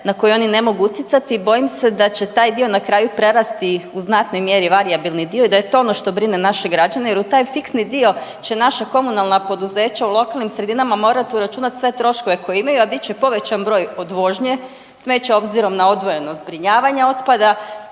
na koji oni ne mogu utjecati, bojim se da će taj dio na kraju prerasti u znatnoj mjeri varijabilni dio i da je to ono što brine naše građane jer u taj fiksni dio će naša komunalna poduzeća u lokalnim sredinama morati uračunati sve troškove koje imaju, a bit će povećan broj odvožnje smeća obzirom na odvojeno zbrinjavanje otpada